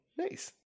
Nice